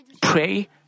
pray